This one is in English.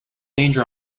danger